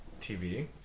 TV